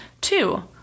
Two